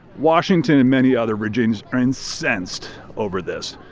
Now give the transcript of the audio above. washington and many other virginians are incensed over this.